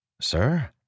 Sir